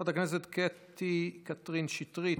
חברת הכנסת קטי קטרין שטרית,